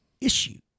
issue